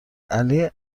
علی